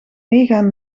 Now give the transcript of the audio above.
meegaan